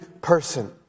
person